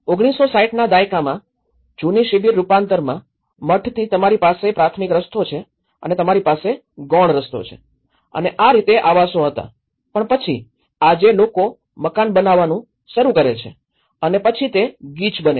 ૧૯૬૦ના દાયકામાં જૂની શિબિર રૂપાંતરમાં મઠથી તમારી પાસે પ્રાથમિક રસ્તો છે અને તમારી પાસે ગૌણ રસ્તો છે અને આ રીતે આવાસો હતા પણ પછી આજે લોકો મકાન બનાવવાનું શરૂ કરે છે અને પછી તે ગીચ બને છે